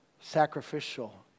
sacrificial